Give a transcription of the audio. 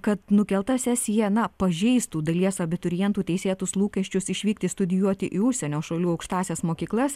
kad nukelta sesija na pažeistų dalies abiturientų teisėtus lūkesčius išvykti studijuoti į užsienio šalių aukštąsias mokyklas